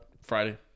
Friday